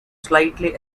slightly